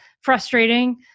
frustrating